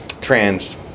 Trans